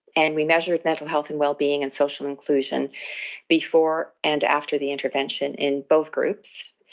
and we measured mental health and wellbeing and social inclusion before and after the intervention in both groups.